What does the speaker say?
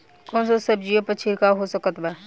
कौन सा सब्जियों पर छिड़काव हो सकत बा?